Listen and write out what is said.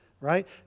right